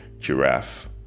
Giraffe